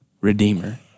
redeemer